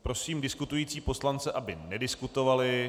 Prosím diskutující poslance, aby nediskutovali.